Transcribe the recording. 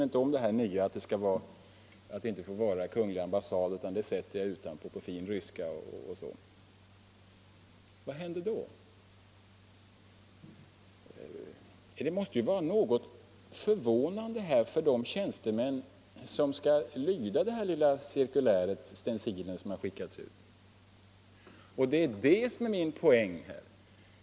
Jag struntar i det här nya att det inte längre får vara Kungl. ambassad, utan det sätter jag ut på fin ryska.” Vad händer då? Det måste vara något förvånande för de tjänstemän som skall lyda det här lilla cirkuläret, den här stencilen som har skickats ut, att den inte grundas på formellt beslut. Och det är just det som är min poäng.